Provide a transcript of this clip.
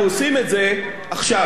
ולגבות את אותם מיליארדים מאזרחי מדינת ישראל.